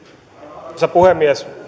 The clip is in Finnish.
arvoisa puhemies